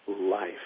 life